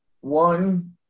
One